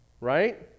right